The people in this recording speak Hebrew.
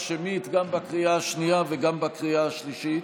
שמית גם בקריאה השנייה וגם בקריאה השלישית.